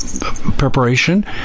preparation